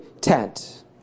tent